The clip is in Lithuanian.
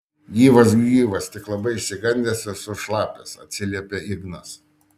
gyvas gyvas tik labai išsigandęs ir sušlapęs atsiliepia ignas